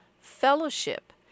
fellowship